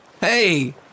hey